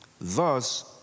Thus